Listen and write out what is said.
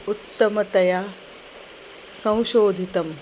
उत्तमतया संशोधितम्